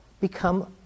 become